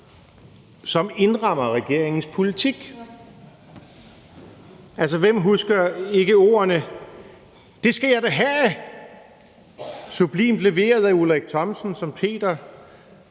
som indrammer regeringens politik. Hvem husker ikke ordene: »Det skal jeg da ha'!«, som sublimt blev leveret af Ulrich Thomsen som Peter,